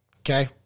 Okay